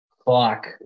clock